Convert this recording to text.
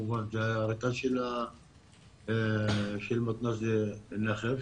זה רכז של מתנ"ס נחף.